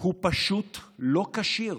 הוא פשוט לא כשיר.